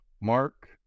Mark